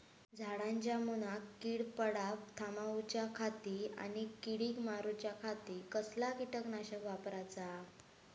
झाडांच्या मूनात कीड पडाप थामाउच्या खाती आणि किडीक मारूच्याखाती कसला किटकनाशक वापराचा?